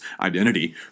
identity